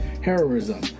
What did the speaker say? heroism